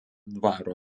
dvaro